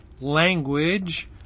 language